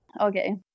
Okay